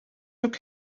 look